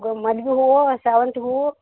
ಗು ಮಲ್ಗೆ ಹೂವು ಶಾವಂತ್ಗೆ ಹೂವು